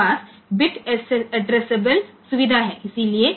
તેથી આમાં bit addressability સુવિધા મળી છે